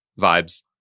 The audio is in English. vibes